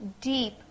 deep